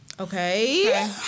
Okay